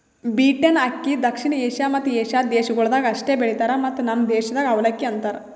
beaten ಅಕ್ಕಿ ದಕ್ಷಿಣ Asia ಮತ್ತ ಏಷ್ಯಾದ ದೇಶಗೊಳ್ದಾಗ್ ಅಷ್ಟೆ ಬೆಳಿತಾರ್ ಮತ್ತ ನಮ್ ದೇಶದಾಗ್ ಅವಲಕ್ಕಿ ಅಂತರ್